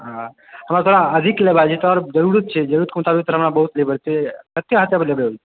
हाँ हँ हमरा आज हीके लेबाक छै जरूरत छै जरूरतके मुताबिक तहन हमरा बहुत लेबऽ के छै कतेक अहाँसे लेबै